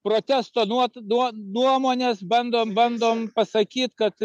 protesto nuo nuo nuomones bando bandom pasakyt kad